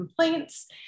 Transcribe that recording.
complaints